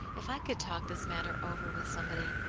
if i could talk this matter over with somebody.